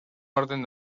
orden